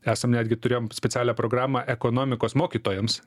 esam netgi turėjom specialią programą ekonomikos mokytojams